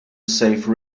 save